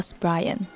Brian